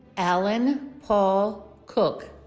allan paul cook